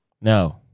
No